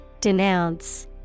Denounce